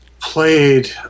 played